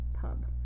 Pub